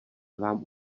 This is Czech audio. vám